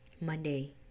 Monday